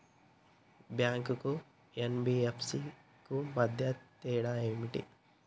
Bank కు NBFC కు మధ్య తేడా ఏమిటి?